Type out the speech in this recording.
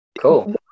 Cool